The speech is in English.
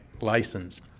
license